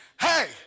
Hey